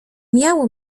miało